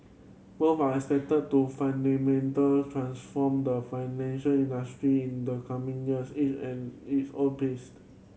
both are expected to fundamental transform the financial industry in the coming years each at its own pace